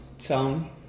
sound